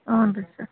ಹೂನ್ರೀ sir